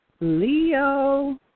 Leo